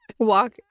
walk